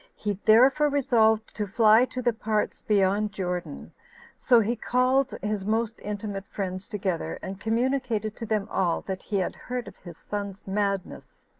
he therefore resolved to fly to the parts beyond jordan so he called his most intimate friends together, and communicated to them all that he had heard of his son's madness.